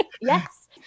Yes